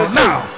now